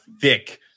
thick